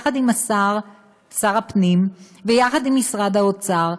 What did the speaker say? יחד עם שר הפנים ויחד עם משרד האוצר,